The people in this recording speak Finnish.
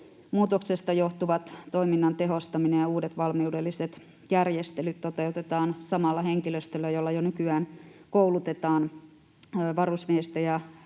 johtuvat toiminnan tehostaminen ja uudet valmiudelliset järjestelyt toteutetaan samalla henkilöstöllä, jolla jo nykyään koulutetaan varusmiehistö ja